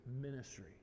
ministry